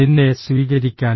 നിന്നെ സ്വീകരിക്കാൻ